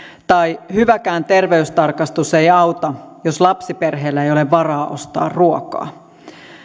tai hyväkään terveystarkastus ei auta jos lapsiperheellä ei ole varaa ostaa ruokaa